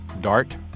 Dart